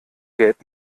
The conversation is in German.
gelb